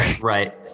Right